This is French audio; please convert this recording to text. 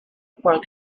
crois